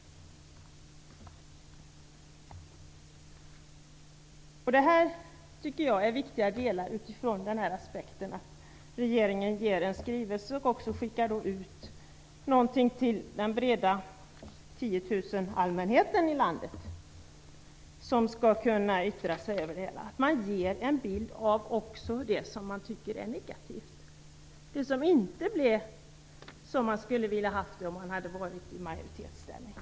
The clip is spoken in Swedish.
Utifrån den aspekten att regeringen utger en skrivelse och skickar ut den till den breda allmänheten - 10 000 personer - i landet som skall kunna yttra sig över den är det viktigt att man ger en bild också av det som är negativt, det som inte blev som man skulle vilja ha haft det om man hade varit i majoritetsställning.